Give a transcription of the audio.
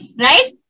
right